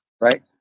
right